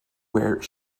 where